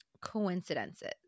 coincidences